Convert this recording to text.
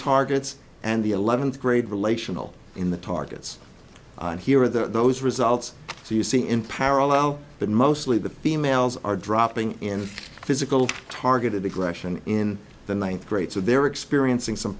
targets and the eleventh grade relational in the targets and here are those results so you see in parallel but mostly the females are dropping in physical targeted aggression in the ninth grade so they're experiencing some